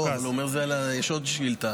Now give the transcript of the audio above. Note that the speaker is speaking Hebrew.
לא, הוא אומר שזה, יש עוד שאילתה.